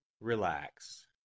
Relax